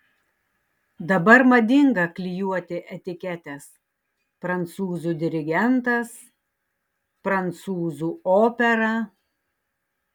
dabar madinga klijuoti etiketes prancūzų dirigentas prancūzų opera